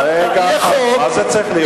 יהיה חוק, רגע אחד, מה זה צריך להיות?